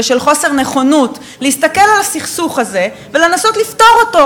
ושל חוסר נכונות להסתכל על הסכסוך הזה ולנסות לפתור אותו,